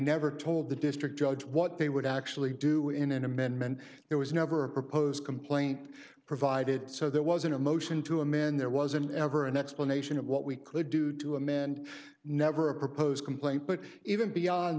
never told the district judge what they would actually do in an amendment there was never a proposed complaint provided so there wasn't a motion to him in there wasn't ever an explanation of what we could do to amend never a proposed complaint but even beyond